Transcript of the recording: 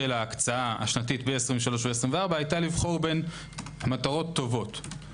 ההקצאה השנתית ב-23' ו-24' הייתה לבחור בין מטרות טובות.